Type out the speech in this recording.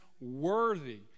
worthy